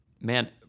man